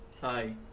Hi